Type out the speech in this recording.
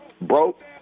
Broke